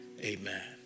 amen